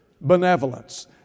benevolence